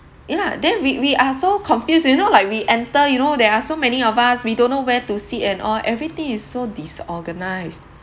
ya lah then we we are so confused you know like we enter you know there are so many of us we don't know where to sit and all everything is so disorganised